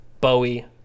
Bowie